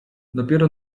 dopiero